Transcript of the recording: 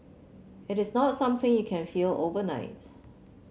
it is not something you can feel overnight